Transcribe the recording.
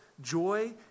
joy